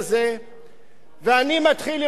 ואני מתחיל לראות, אדוני היושב-ראש,